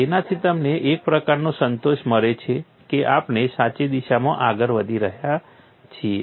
તેનાથી તમને એક પ્રકારનો સંતોષ મળે છે કે આપણે સાચી દિશામાં આગળ વધી રહ્યા છીએ